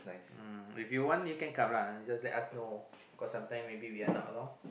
uh if you want you can come lah you just let us know cause some time maybe we are not around